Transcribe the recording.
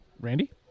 Randy